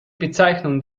bezeichnung